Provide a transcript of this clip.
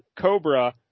Cobra